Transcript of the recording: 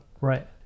Right